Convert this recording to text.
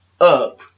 up